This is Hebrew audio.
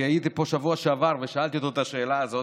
כי הייתי פה בשבוע שעבר ושאלתי אותו את השאלה הזאת,